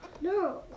No